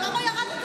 אבל למה ירדת?